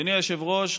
אדוני היושב-ראש,